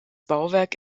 bauwerk